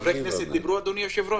חברי הכנסת דיברו, אדוני היושב-ראש?